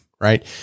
right